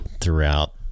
throughout